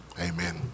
amen